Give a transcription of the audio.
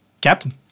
Captain